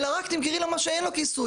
אלא רק תמכרי לו מה שאין לו כיסוי.